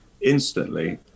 instantly